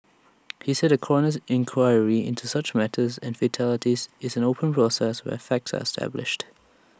he said A coroner's inquiry into such matters and fatalities this is an open process where facts are established